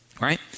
right